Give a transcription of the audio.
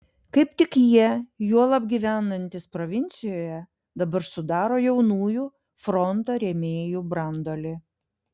kaip tik jie juolab gyvenantys provincijoje dabar sudaro jaunųjų fronto rėmėjų branduolį